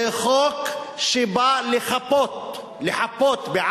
זה חוק שבא לחפות על